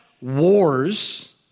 wars